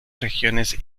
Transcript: regiones